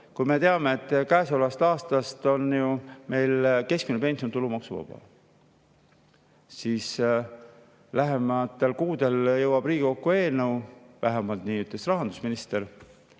teame, et käesolevast aastast on meil keskmine pension tulumaksuvaba, aga lähematel kuudeljõuab Riigikokku eelnõu – vähemalt nii ütles rahandusminister